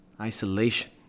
Isolation